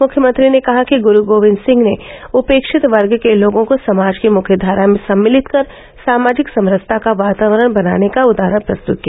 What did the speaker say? मुख्यमंत्री ने कहा कि गुरूगोविंद सिंह ने उपेक्षित वर्ग के लोगों को समाज की मुख्यधारा में सम्मिलित कर सामाजिक समरसता का वातावरण बनाने का उदाहरण प्रस्तुत किया